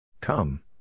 come